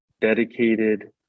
dedicated